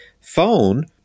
phone